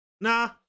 nah